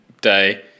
Day